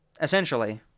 Essentially